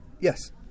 yes